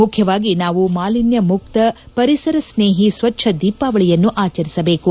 ಮುಖ್ಯವಾಗಿ ನಾವು ಮಾಲಿನ್ನ ಮುಕ್ತ ಪರಿಸರ ಸ್ನೇಹಿ ಸ್ವಚ್ದ ದೀಪಾವಳಿಯನ್ನು ಆಚರಿಸಬೇಕು